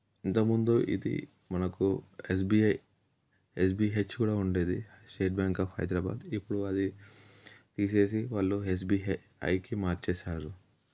ఇంతకుముందు ఇది మనకు ఎస్బిఐ ఎస్బిహెచ్ కూడా ఉండేది ఇంకా ఎస్బిఐ అంటే స్టేట్ బ్యాంక్ ఆఫ్ హైద్రాబాద్ ఇప్పుడు అది వాళ్ళు తీసేసి ఎస్బిహెచ్ ఐకి మార్చేశారు